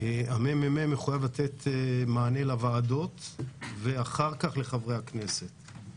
הממ"מ מחויב לתת מענה לוועדות ואחר כך לחברי הכנסת.